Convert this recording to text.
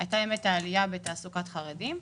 הייתה עלייה בתעסוקת חרדים,